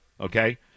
Okay